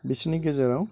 बिसिनि गेजेराव